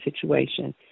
situation